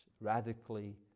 radically